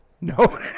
No